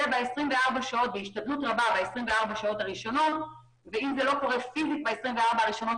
זה ב-24 שעות הראשונות ואם זה לא קורה פיזית ב-24 הראשונות